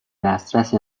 دسترس